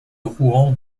rouen